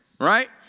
Right